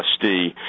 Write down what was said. trustee